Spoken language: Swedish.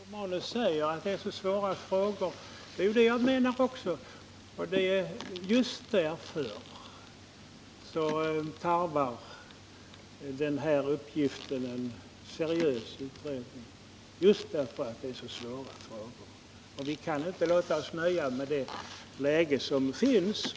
Herr talman! Gabriel Romanus säger att det är så svåra frågor. Det är ju det jag också framhåller. Och just därför att det är så svåra frågor tarvar de en seriös utredning. Vi kan inte låta oss nöja med det läge som råder.